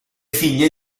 figlie